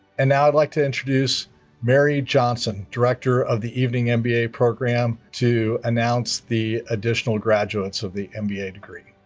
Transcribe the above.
and now i'd like to introduce mary johnson, director of the evening and mba program, to announce the additional graduates of the mba degree.